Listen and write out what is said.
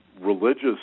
religious